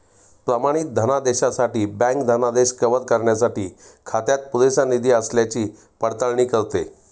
प्रमाणित धनादेशासाठी बँक धनादेश कव्हर करण्यासाठी खात्यात पुरेसा निधी असल्याची पडताळणी करते